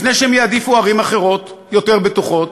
לפני שהם יעדיפו ערים אחרות, יותר בטוחות,